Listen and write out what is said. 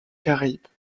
caraïbes